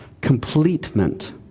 completement